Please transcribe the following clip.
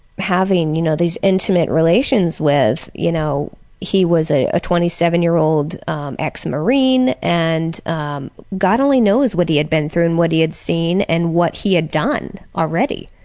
having you know these intimate relations with, you know he was a twenty seven year old um ex-marine and um god only knows what he had been through and what he had seen and what he had done already,